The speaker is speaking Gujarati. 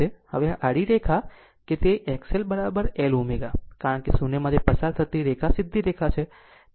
હવે આ આડી રેખા કે આ રેખા તે XLL ωછે કારણ કે તે શૂન્યમાંથી પસાર થતી સીધી રેખા છે